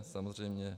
Samozřejmě.